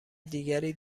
دیگری